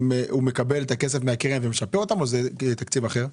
הוא מקבל את הכסף מהקרן ומשפה אותם או שזה תקציב אחר?